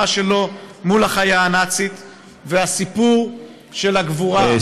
שלו מול החיה הנאצית והסיפור של הגבורה.